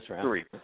three